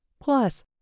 Plus